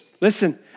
Listen